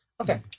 Okay